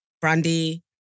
Brandy